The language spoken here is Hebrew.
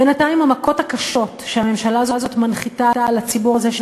בינתיים המכות הקשות שהממשלה הזאת מנחיתה על הציבור הזה,